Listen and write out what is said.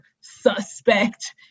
suspect